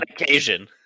occasion